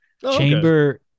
chamber